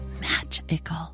magical